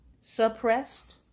suppressed